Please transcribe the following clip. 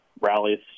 rallies